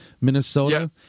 Minnesota